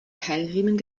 keilriemen